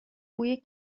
بوی